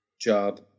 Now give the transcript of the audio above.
job